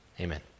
Amen